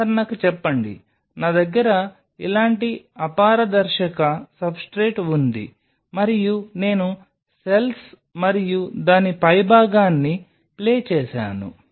ఉదాహరణకు చెప్పండి నా దగ్గర ఇలాంటి అపారదర్శక సబ్స్ట్రేట్ ఉంది మరియు నేను సెల్స్ మరియు దాని పైభాగాన్ని ప్లే చేసాను